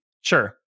Sure